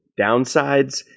downsides